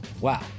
wow